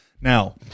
now